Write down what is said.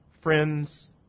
friends